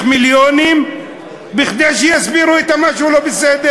מיליונים כדי שיסבירו את המשהו הלא-בסדר.